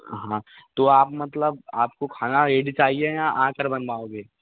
हाँ तो आप मतलब आपको खाना रेडी चाहिए या आकर बनवाओगे